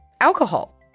Alcohol